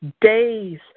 days